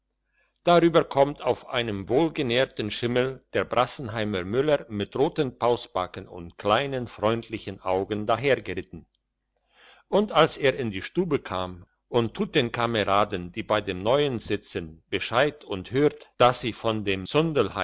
kommt auf einem wohlgenährten schimmel der brassenheimer müller mit roten pausbacken und kleinen freundlichen augen dahergeritten und als er in die stube kam und tut den kameraden die bei dem neuen sitzen bescheid und hört dass sie von dem